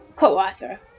co-author